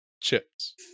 chips